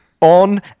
on